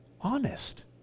Honest